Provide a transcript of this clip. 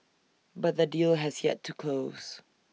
but the deal has yet to close